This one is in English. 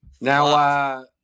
Now